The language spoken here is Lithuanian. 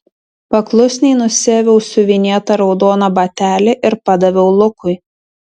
paklusniai nusiaviau siuvinėtą raudoną batelį ir padaviau lukui